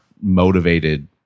motivated